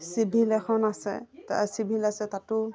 civil এখন আছে civil আছে তাতো